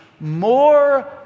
more